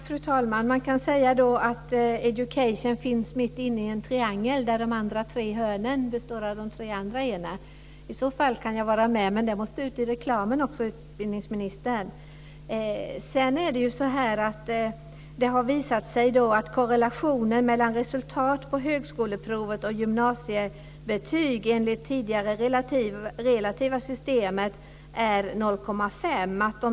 Fru talman! Man kan då säga att Education finns mitt inne i en triangel där de andra tre hörnen består av de andra tre E:na. I så fall kan jag vara med, men det måste ut i reklamen också, utbildningsministern. Det har ju visat sig att korrelationen mellan resultat på högskoleprovet och betyg från gymnasiet enligt det tidigare relativa systemet är 0,5.